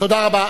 תודה רבה.